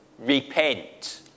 repent